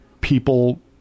people